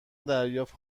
دریافت